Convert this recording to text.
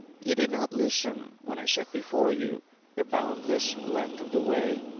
ye did not listen when i set before you the boundless length of the way.